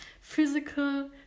physical